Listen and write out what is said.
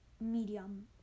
medium